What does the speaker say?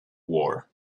war